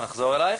ונחזור אליך.